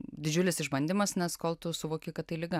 didžiulis išbandymas nes kol tu suvoki kad tai liga